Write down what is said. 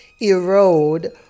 erode